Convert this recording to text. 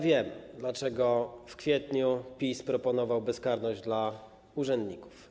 Wiem, dlaczego w kwietniu PiS proponował bezkarność dla urzędników.